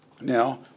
now